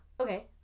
okay